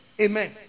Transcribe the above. amen